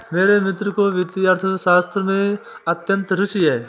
मेरे मित्र को वित्तीय अर्थशास्त्र में अत्यंत रूचि है